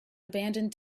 abandoned